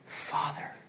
father